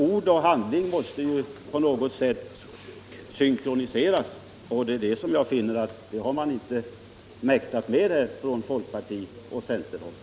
Ord och handling måste på något sätt synkroniseras. Det har man inte mäktat från folkpartioch centerhåll.